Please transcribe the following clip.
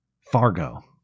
Fargo